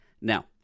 Now